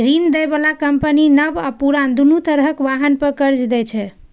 ऋण दै बला कंपनी नव आ पुरान, दुनू तरहक वाहन पर कर्ज दै छै